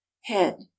head